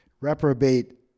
Reprobate